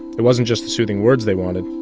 it wasn't just soothing words they wanted.